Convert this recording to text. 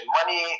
Money